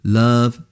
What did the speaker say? love